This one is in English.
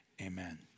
Amen